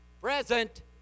Present